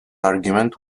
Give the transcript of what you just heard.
argument